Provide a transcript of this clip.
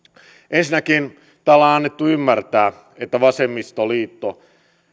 ensinnäkin täällä on annettu ymmärtää että vasemmistoliitto